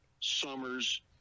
summers